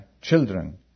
children